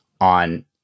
on